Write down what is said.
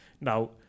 Now